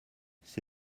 c’est